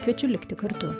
kviečiu likti kartu